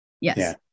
Yes